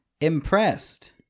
impressed